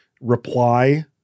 reply